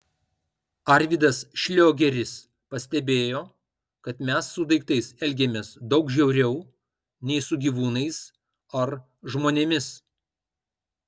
arvydas šliogeris pastebėjo kad mes su daiktais elgiamės daug žiauriau nei su gyvūnais ar žmonėmis